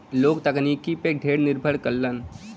लोग तकनीकी पे ढेर निर्भर करलन